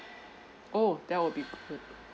oh that would be good